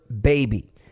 baby